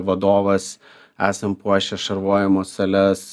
vadovas esam puošę šarvojimo sales